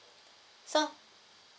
so